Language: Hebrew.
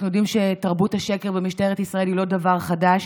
אנחנו יודעים שתרבות השקר במשטרת ישראל היא לא דבר חדש.